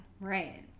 right